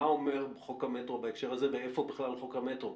מה אומר חוק המטרו בהקשר הזה ואיפה בכלל חוק המטרו?